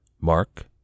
Mark